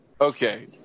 Okay